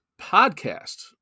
podcast